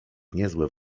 niezłe